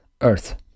earth